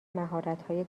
مهارتهای